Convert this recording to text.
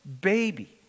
baby